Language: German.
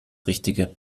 richtige